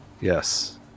yes